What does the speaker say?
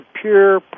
pure